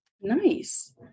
Nice